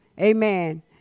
Amen